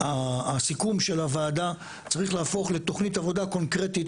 סיכום הוועדה צריך להפוך לתוכנית עבודה קונקרטית,